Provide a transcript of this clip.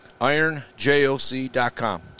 IronJOC.com